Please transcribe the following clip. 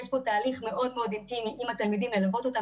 יש פה תהליך מאוד אינטימי עם התלמידים ללוות אותם,